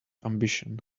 ambition